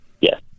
Yes